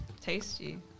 Tasty